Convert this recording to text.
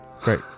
great